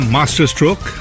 Masterstroke